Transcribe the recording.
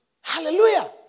Hallelujah